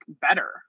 better